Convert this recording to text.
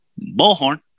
Bullhorn